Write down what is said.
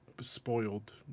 spoiled